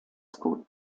school